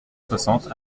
soixante